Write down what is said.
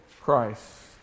Christ